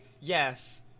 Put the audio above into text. yes